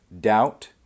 doubt